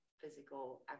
physical